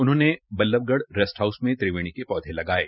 उन्होंने Ballabhgarh rest house में त्रिवेणी के पौधे लगाये